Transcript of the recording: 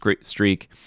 streak